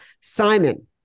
Simon